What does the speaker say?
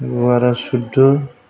गुवारा सुइध'